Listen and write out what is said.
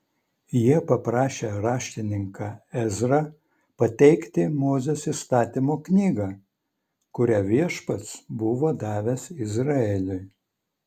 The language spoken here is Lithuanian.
jie paprašė raštininką ezrą pateikti mozės įstatymo knygą kurią viešpats buvo davęs izraeliui